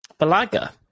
Balaga